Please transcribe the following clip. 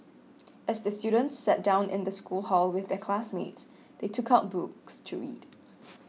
as the students sat down in the school hall with their classmates they took out books to read